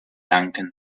danken